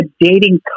dating